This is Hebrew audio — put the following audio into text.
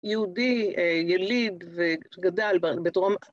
יהודי, יליד וגדל בדרום...